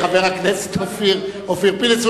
חבר הכנסת אופיר פינס,